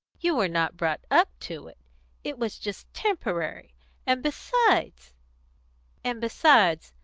you were not brought up to it it was just temporary and besides and besides,